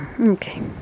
okay